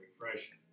refreshing